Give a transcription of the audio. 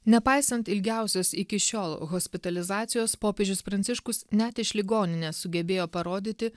nepaisant ilgiausios iki šiol hospitalizacijos popiežius pranciškus net iš ligoninės sugebėjo parodyti